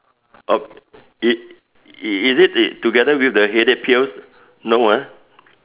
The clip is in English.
oh it is it together with the headache pills no ah